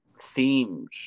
themes